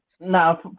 now